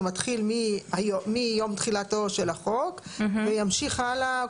הוא מתחיל מיום תחילתו של החוק וימשיך הלאה.